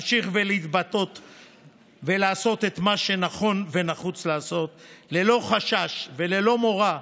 להמשיך ולהתבטא ולעשות את מה שנכון ונחוץ לעשות ללא חשש וללא מורא,